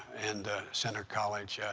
and centre college. yeah